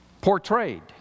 portrayed